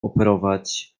operować